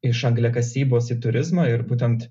iš angliakasybos į turizmą ir būtent